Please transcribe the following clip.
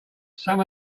some